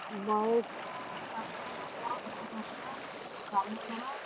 ବୟସ ତାଙ୍କର ପଞ୍ଚଷଠି ବର୍ଷ ସ୍ୱାମୀଙ୍କର